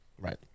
Right